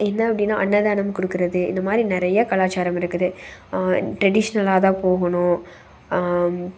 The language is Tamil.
என்ன அப்படினா அன்னதானம் கொடுக்குறது இந்த மாதிரி நிறைய கலாச்சாரம் இருக்குது ட்ரெடிஷ்னலாகதான் போகணும்